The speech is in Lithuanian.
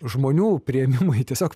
žmonių priėmimui tiesiog